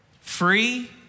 free